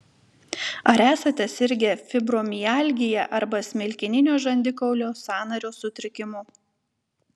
ar esate sirgę fibromialgija arba smilkininio žandikaulio sąnario sutrikimu